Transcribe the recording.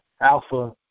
alpha